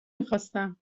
میخواستم